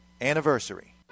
anniversary